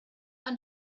and